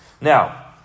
Now